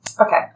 Okay